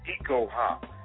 eco-hop